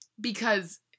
Because-